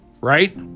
Right